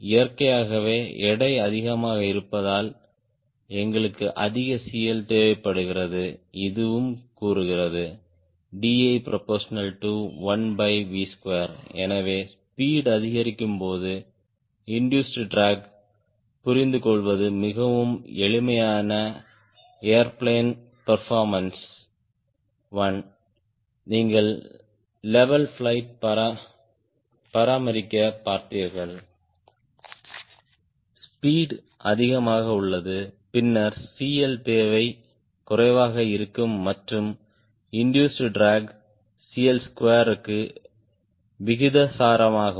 இயற்கையாகவே எடை அதிகமாக இருப்பதால் எங்களுக்கு அதிக CL தேவைப்படுகிறது இதுவும் கூறுகிறது Di1V2 எனவே ஸ்பீட் அதிகரிக்கும் போது இண்டூஸ்ட் ட்ராக் புரிந்துகொள்வது மிகவும் எளிமையான ஏர்பிளேன் பேர்போர்மன்ஸ் 1 நீங்கள் லெவல் பிளையிட் பராமரிக்க பார்த்தீர்கள் ஸ்பீட் அதிகமாக உள்ளது பின்னர் CL தேவை குறைவாக இருக்கும் மற்றும் இண்டூஸ்ட் ட்ராக் CL2 க்கு விகிதாசாரமாகும்